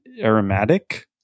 aromatic